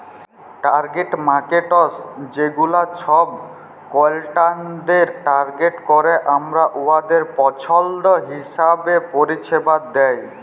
target markets ছেগুলা ছব ক্লায়েন্টদের টার্গেট ক্যরে আর উয়াদের পছল্দ হিঁছাবে পরিছেবা দেয়